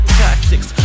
tactics